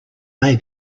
may